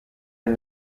and